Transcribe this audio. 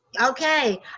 okay